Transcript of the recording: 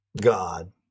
God